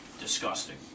disgusting